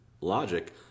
logic